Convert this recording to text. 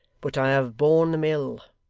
but i have borne them ill.